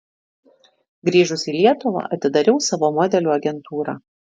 grįžusi į lietuvą atidariau savo modelių agentūrą